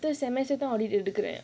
audit எடுக்குறேன்:edukkuraen